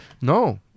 No